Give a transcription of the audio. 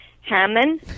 Hammond